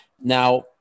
now